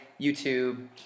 YouTube